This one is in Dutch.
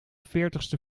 veertigste